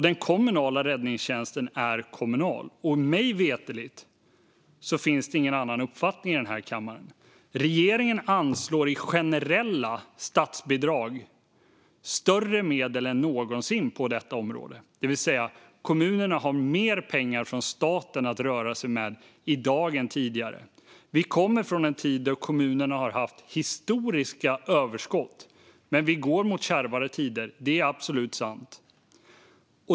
Den kommunala räddningstjänsten är kommunal, och mig veterligen finns det ingen annan uppfattning i den här kammaren. Regeringen anslår i generella statsbidrag mer medel än någonsin på detta område, det vill säga att kommunerna har mer pengar från staten att röra sig med i dag än tidigare. Vi kommer från en tid då kommunerna haft historiska överskott, men vi går mot kärvare tider. Det är absolut sant.